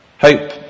Hope